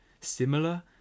similar